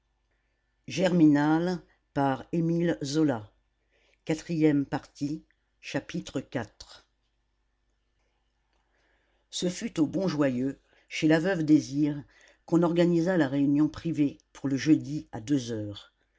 iv ce fut au bon joyeux chez la veuve désir qu'on organisa la réunion privée pour le jeudi à deux heures